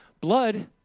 Blood